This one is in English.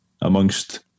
amongst